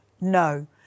no